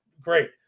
great